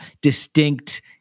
distinct